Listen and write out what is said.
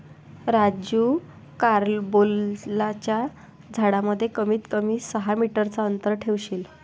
राजू कारंबोलाच्या झाडांमध्ये कमीत कमी सहा मीटर चा अंतर ठेवशील